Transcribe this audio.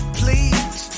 please